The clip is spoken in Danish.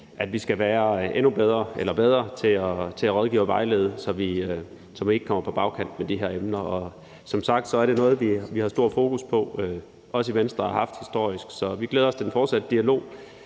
at vi skal være endnu bedre til at rådgive og vejlede, så vi ikke kommer på bagkant i forhold til de her emner. Og som sagt er det noget, vi også har et stort fokus på i Venstre og har haft historisk. Så vi glæder os til den fortsatte dialog.